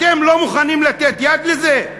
אתם לא מוכנים לתת יד לזה?